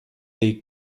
dei